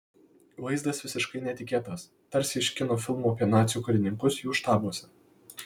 vaizdas visiškai netikėtas tarsi iš kino filmų apie nacių karininkus jų štabuose